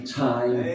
time